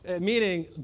Meaning